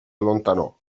allontanò